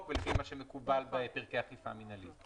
ולפי מה שמקובל בפרקי אכיפה מינהלית.